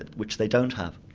and which they don't have.